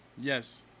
Yes